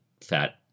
fat